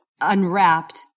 unwrapped